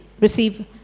Receive